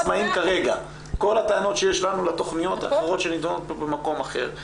כל הטענות שיש לנו לתוכניות האחרות שנידונות במקום אחר,